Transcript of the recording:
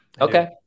Okay